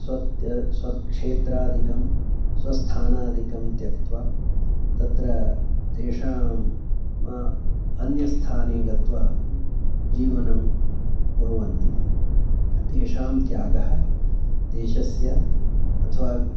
स्वत्य स्वक्षेत्रादिकं स्वस्थानादिकं त्यक्त्वा तत्र तेषां अन्यस्थाने गत्वा जीवनं कुर्वन्ति तेषां त्यागः देशस्य अथवा